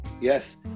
Yes